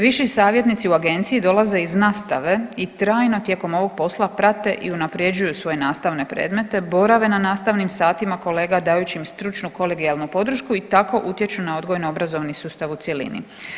Viši savjetnici u agenciji dolaze iz nastave i trajno tijekom ovog posla prate i unapređuju svoje nastavne predmete, borave na nastavnim satima kolega dajući im stručnu kolegijalnu podršku i tako utječu na odgojno-obrazovni sustav u cjelini.